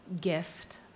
gift